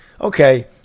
okay